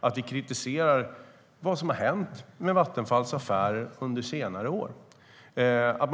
Att vi kritiserar vad som har hänt med Vattenfalls affärer under senare år är ett viktigt principiellt ställningstagande.